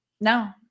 No